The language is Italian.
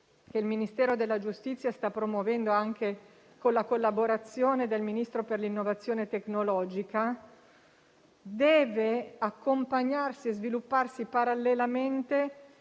che il Ministero della giustizia sta promuovendo anche con la collaborazione del Ministro per l'innovazione tecnologica e la transizione digitale deve accompagnarsi e svilupparsi parallelamente